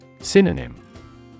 Synonym